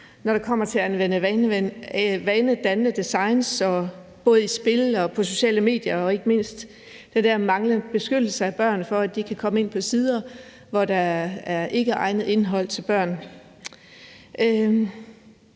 når det kommer til at anvende vanedannende designs både i spil og på sociale medier og ikke mindst den der manglende beskyttelse af børn mod at kunne komme ind på sider, hvor der er indhold, der